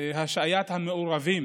השעיית המעורבים